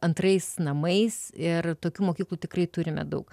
antrais namais ir tokių mokyklų tikrai turime daug